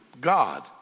God